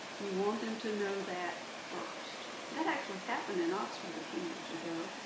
you want them to know that first. that actually happened in oxford a few years ago.